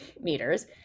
Meters